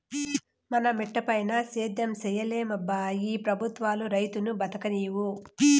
మన మిటపైన సేద్యం సేయలేమబ్బా ఈ పెబుత్వాలు రైతును బతుకనీవు